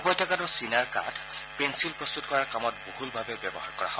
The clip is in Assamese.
উপত্যকাটোৰ চিনাৰ কাঠ পেলিল প্ৰস্তত কৰাৰ কামত বহুলভাৱে ব্যৱহাৰ কৰা হয়